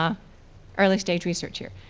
ah early-stage research here.